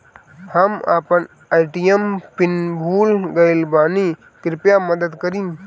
हम अपन ATM PIN भूल गएल बानी, कृपया मदद करीं